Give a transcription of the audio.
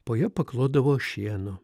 po ja paklodavo šieno